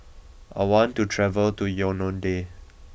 I want to travel to Yaounde